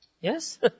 Yes